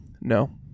no